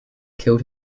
killed